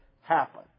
happen